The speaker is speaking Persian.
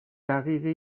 دقیقه